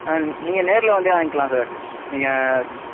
ஆ நீங்கள் நேரில் வந்தே வாங்கலாம் சார் நீங்கள்